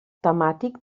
temàtic